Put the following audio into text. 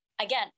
again